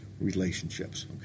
relationships